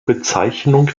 bezeichnung